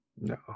No